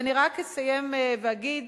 ואני רק אסיים ואגיד: